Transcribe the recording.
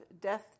Death